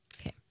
Okay